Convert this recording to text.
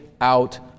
out